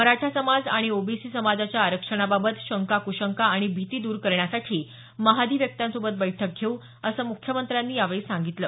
मराठा समाज आणि ओबीसी समाजाच्या आरक्षणाबाबत शंका क्शंका आणि भीती द्र करण्यासाठी महाधिवक्त्यांसोबत बैठक घेऊ असं मुख्यमंत्र्यांनी यावेळी सांगितलं